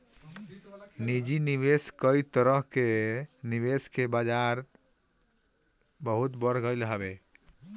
निजी निवेश कई तरह कअ निवेश के बाजार अबही बहुते बढ़ गईल हवे